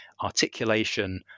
articulation